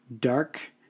dark